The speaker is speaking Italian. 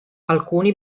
alcuni